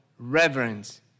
reverence